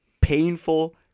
painful